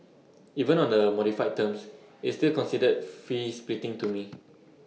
even on the modified terms it's still considered fee splitting to me